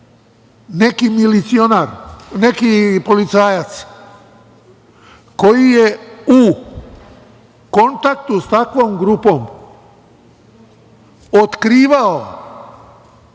– da li je neki policajac koji je u kontaktu sa takvom grupom otkrivao